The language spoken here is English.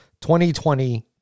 2020